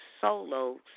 solo